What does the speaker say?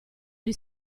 gli